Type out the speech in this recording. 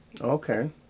Okay